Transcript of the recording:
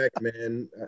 man